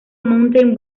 mountain